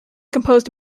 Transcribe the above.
composed